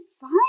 fine